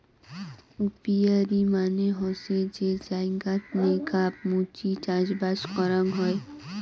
apiary মানে হসে যে জায়গাত নেকাব মুচি চাষবাস করাং হই